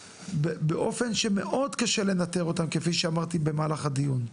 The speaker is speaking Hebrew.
באופן שמאוד קשה לנטר אותם כפי שאמרתי במהלך הדיון.